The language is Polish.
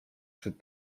czy